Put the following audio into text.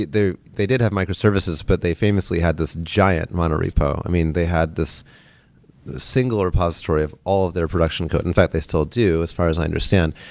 they they did have microservices, but they famously had this giant mono repo. i mean, they had this single repository of all of their production. in fact, they still do as far as i understand.